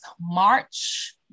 March